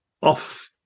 off